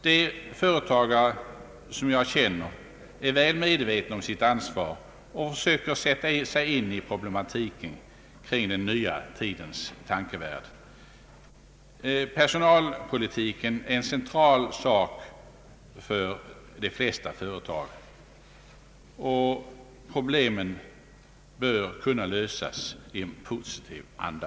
De företagare som jag känner är väl medvetna om sitt ansvar och försöker sätta sig in i problematiken kring den nya tidens tankevärld. Personalpolitiken är en central fråga för de flesta företag, och problemen bör kunna lösas i en positiv anda.